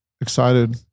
Excited